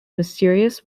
mysterious